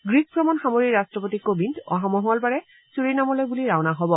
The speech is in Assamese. গ্ৰীচ ভ্ৰমণ সামৰি ৰাট্টপতি কোবিন্দ অহা মঙলবাৰে ছুৰীনামলৈ বুলি ৰাওনা হ'ব